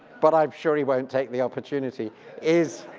but i'm sure he won't take the opportunity is